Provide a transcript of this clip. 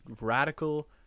radical